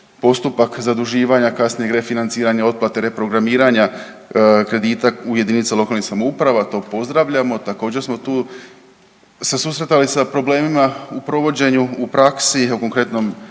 postupak zaduživanja kasnijeg refinanciranja otplate reprogramiranja kredita u JLS. To pozdravljamo. Također smo tu se susretali sa problemima u provođenju u praksu, evo u konkretno